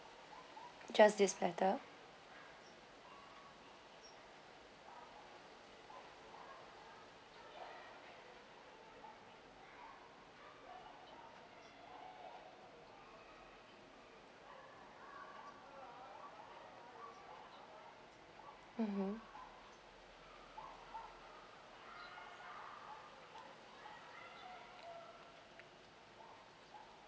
just this platter mmhmm